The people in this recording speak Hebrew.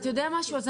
אם